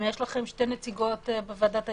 יש לכם שתי נציגות בוועדת ההיגוי,